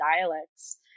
dialects